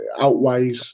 outweighs